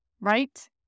right